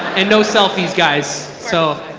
and no selfies, guys, so.